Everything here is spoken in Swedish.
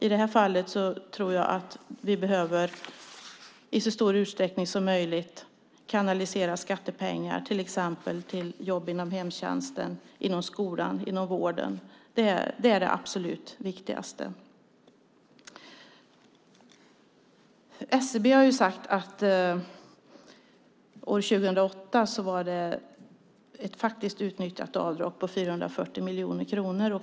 I det här fallet tror jag att vi i så stor utsträckning som möjligt behöver kanalisera skattepengar till exempel till jobb inom hemtjänsten, inom skolan och inom vården. Det är det absolut viktigaste. SCB har sagt att det år 2008 var ett faktiskt utnyttjat avdrag på 440 miljoner kronor.